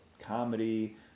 comedy